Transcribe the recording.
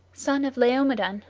son of laomedon,